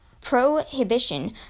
prohibition